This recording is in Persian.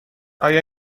آیا